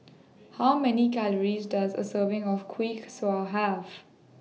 How Many Calories Does A Serving of Kuih Kaswi Have